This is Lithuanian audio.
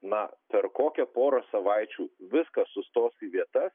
na per kokią porą savaičių viskas sustos į vietas